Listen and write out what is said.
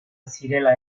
zirela